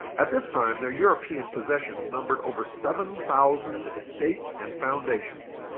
at this time their european possessions numbered over seven thousand estates and foundations.